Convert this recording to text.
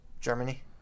Germany